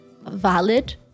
valid